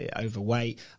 overweight